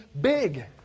big